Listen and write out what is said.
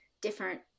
different